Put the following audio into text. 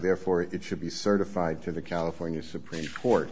therefore it should be certified to the california supreme court